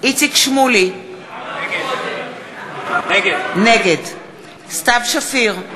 איציק שמולי, נגד סתיו שפיר,